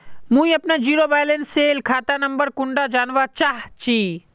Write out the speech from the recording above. मुई अपना zero balance सेल खाता नंबर कुंडा जानवा चाहची?